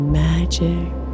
magic